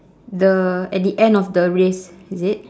the at the end of the race is it